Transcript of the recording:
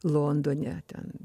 londone ten